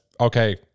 okay